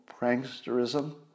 pranksterism